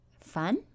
fun